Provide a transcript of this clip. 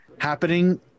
Happening